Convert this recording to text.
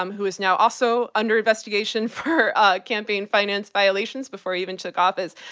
um who is now also under investigation for ah campaign finance violations before he event took office,